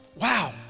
wow